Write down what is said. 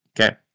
Okay